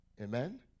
amen